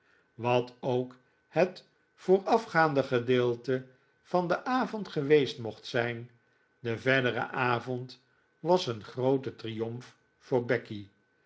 wat ook het voorafgaande gedeelte van den avond geweest mocht zijn de verdere avond was een groote triomf voor becky